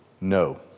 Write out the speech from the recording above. no